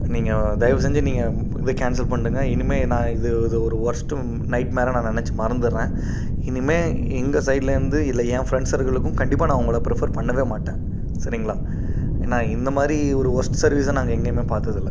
நீங்கள் தயவு செஞ்சு நீங்கள் இதை கேன்சல் பண்ணிவிடுங்க இனிமேல் நான் இது ஒரு ஒர்ஸ்ட் நைட்மேராக நான் நெனைச்சி மறந்துடறேன் இனிமேல் எங்கள் சைட்லேருந்து இல்லை என் ஃப்ரண்ட்ஸ் சர்க்கிளுக்கும் கண்டிப்பாக நான் உங்களை ப்ரிஃபர் பண்ணவே மாட்டேன் சரீங்களா ஏன்னால் இந்தமாதிரி ஒரு ஒர்ஸ்ட் சர்விஸை நாங்கள் எங்கேயுமே பார்த்ததில்ல